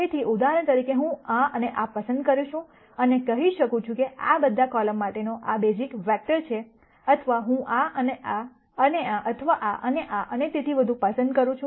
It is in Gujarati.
તેથી ઉદાહરણ તરીકે હું આ અને આ પસંદ કરી શકું છું અને કહી શકું છું કે આ આ બધા કોલમ માટેનો આ બેઝિક વેક્ટર છે અથવા હું આ અને આ અને આ અથવા આ અને આ અને તેથી વધુ પસંદ કરી શકું છું